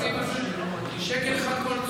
אין בתקציב הזה שקל אחד קואליציוני.